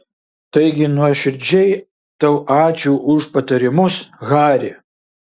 taigi nuoširdžiai tau ačiū už patarimus hari